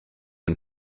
and